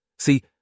See